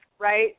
Right